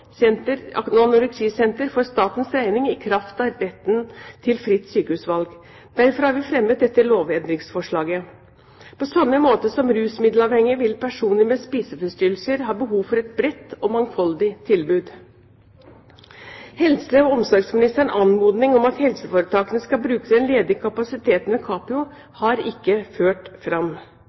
for statens regning i kraft av retten til fritt sykehusvalg. Derfor har vi fremmet dette lovendringsforslaget. På samme måte som rusmiddelavhengige vil personer med spiseforstyrrelser ha behov for et bredt og mangfoldig tilbud. Helse- og omsorgsministerens anmodning om at helseforetakene skal bruke den ledige kapasiteten ved Capio, har ikke ført fram.